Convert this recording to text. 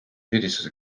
süüdistuse